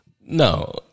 No